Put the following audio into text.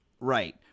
Right